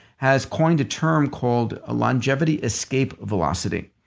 has coined a term called, ah longevity escape velocity,